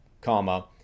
comma